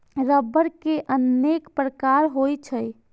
रबड़ के अनेक प्रकार होइ छै